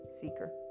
seeker